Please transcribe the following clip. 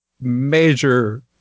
major